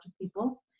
people